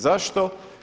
Zašto?